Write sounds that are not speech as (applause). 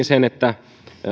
(unintelligible) sen että